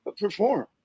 perform